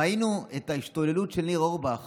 ראינו את ההשתוללות של ניר אורבך